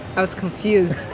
i was confused